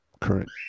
current